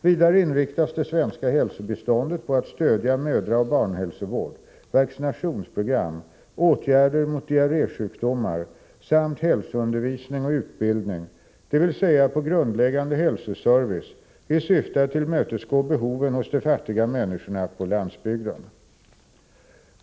Vidare inriktas det svenska hälsobiståndet på att stödja mödraoch barnhälsovård, vaccinationsprogram, åtgärder mot diarrésjukdomar samt hälsoundervisning och utbildning, dvs. på grundläggande hälsoservice i syfte att tillmötesgå behoven hos de fattiga människorna på landsbygden.